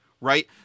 right